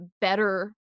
better